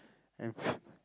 and